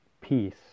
peace